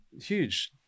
huge